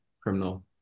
criminal